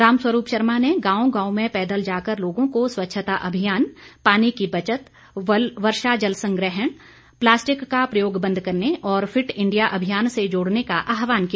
रामस्वरूप शर्मा ने गांव गांव में पैदल जाकर लोगों को स्वच्छता अभियान पानी की बचत वर्षा जल संग्रहण प्लास्टिक का प्रयोग बंद करने और फिट इंडिया अभियान से जोड़ने का आहवान किया